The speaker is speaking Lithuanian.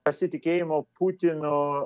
pasitikėjimo putinu